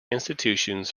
institutions